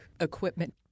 equipment